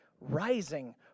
rising